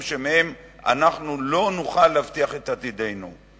שמהם אנחנו לא נוכל להבטיח את עתידנו.